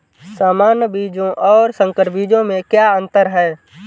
सामान्य बीजों और संकर बीजों में क्या अंतर है?